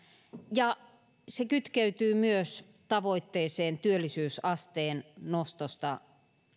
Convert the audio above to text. ja ne kytkeytyvät myös tavoitteeseen työllisyysasteen nostosta